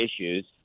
issues